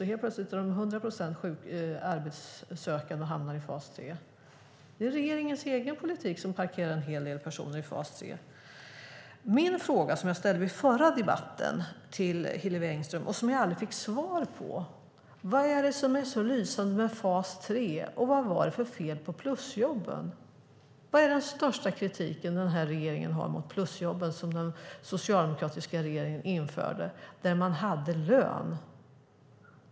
Helt plötsligt är de 100 procent arbetssökande och hamnar i fas 3. Det är regeringens egen politik som parkerar en hel del personer i fas 3. Mina frågor, som jag ställde till Hillevi Engström i den förra debatten och som jag aldrig fick svar på, är: Vad är det som är så lysande med fas 3, och vad var det för fel på plusjobben? Vad är den största kritiken denna regering har mot plusjobben, som den socialdemokratiska regeringen införde och där man hade lön?